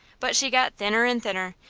but she got thinner and thinner,